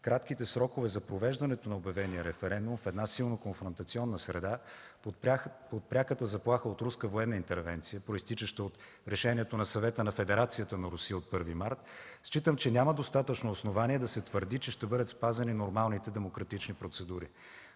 кратките срокове за провеждането на обявения референдум в една силно конфронтационна среда, под пряката заплаха от руска военна интервенция, произтичаща от решението на Съвета на Федерацията на Русия от 1 март, считам, че няма достатъчно основание да се твърди, че ще бъдат спазени нормалните демократични процедури.